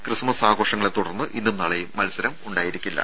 Christmas ആഘോഷങ്ങളെ തുടർന്ന് ഇന്നും നാളെയും മത്സരം ഉണ്ടായിരിക്കില്ല